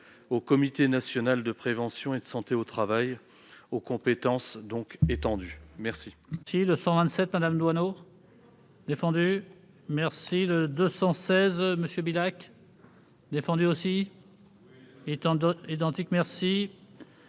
au comité national de prévention et de santé au travail, aux compétences étendues. La